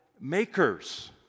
makers